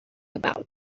about